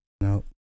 no